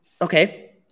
Okay